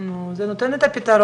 אז לכל הפחות תגידו מה שיקול הדעת,